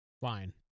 Fine